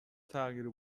تغییر